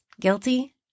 Guilty